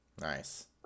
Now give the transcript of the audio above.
Nice